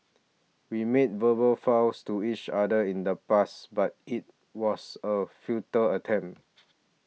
we made verbal vows to each other in the past but it was a futile attempt